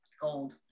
gold